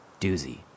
doozy